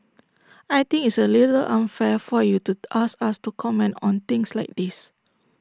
I think it's A little unfair for you to ask us to comment on things like this